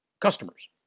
customers